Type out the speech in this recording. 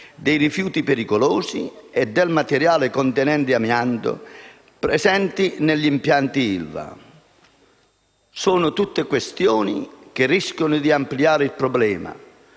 dei rifiuti pericolosi e del materiale contenente amianto presenti negli impianti ILVA. Sono tutte questioni che rischiano di ampliare il problema.